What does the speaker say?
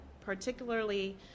particularly